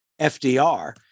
fdr